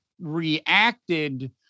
reacted